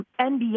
NBA